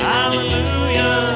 Hallelujah